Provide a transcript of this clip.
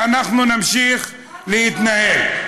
שאנחנו נמשיך להתנהל.